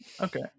Okay